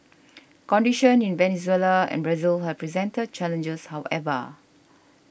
conditions in Venezuela and Brazil have presented challenges however